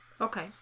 okay